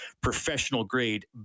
professional-grade